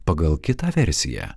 pagal kitą versiją